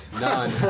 None